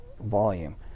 volume